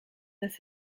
this